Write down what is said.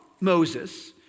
Moses